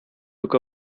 look